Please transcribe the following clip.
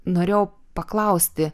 norėjau paklausti